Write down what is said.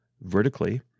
vertically